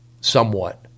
somewhat